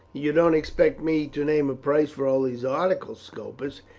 you don't expect me to name a price for all these articles, scopus?